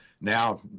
Now